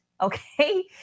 okay